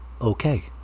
okay